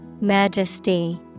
majesty